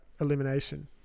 elimination